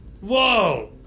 Whoa